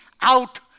out